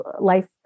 life